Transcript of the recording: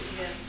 Yes